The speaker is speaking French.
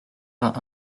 vingt